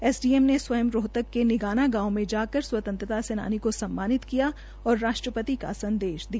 SDM ने स्वंय रोहतक के निगाना गांव के जाकर स्वतंत्रता सेनानी को स्ममानित किया और राष्ट्रपति का संदेश दिया